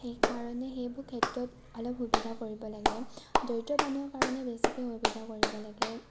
সেইকাৰণে সেইবোৰ ক্ষেত্ৰত অলপ সুবিধা কৰিব লাগে দৰিদ্ৰ মানুহৰ কাৰণে বেছিকৈ সুবিধা কৰিব লাগে